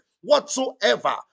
whatsoever